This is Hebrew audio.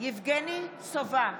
יבגני סובה,